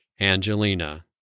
Angelina